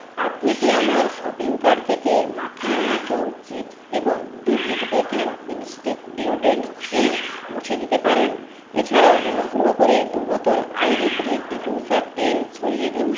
আপনি কি আমার শপিং কার্ট থেকে মাকিনো নাচো চিপ্স এবং David Beckham instinct deodorant spray মুছে দিতে পারেন এছাড়াও অনুগ্রহ করে দু বোতল আইরিস রিড ডিফিউসার তেল সরিয়ে দিন